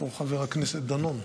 איפה חבר הכנסת דנון?